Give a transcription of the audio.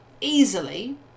easily